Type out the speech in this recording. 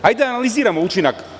Hajde da analiziramo učinak.